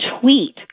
tweet